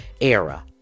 era